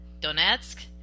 Donetsk